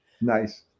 Nice